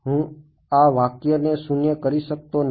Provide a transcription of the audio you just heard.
હું આ વાક્યને શૂન્ય કરી શકતો નથી